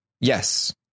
yes